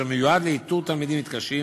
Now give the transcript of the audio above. אשר מיועד לאיתור תלמידים מתקשים,